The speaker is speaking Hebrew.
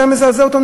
זה היה מזעזע אותנו,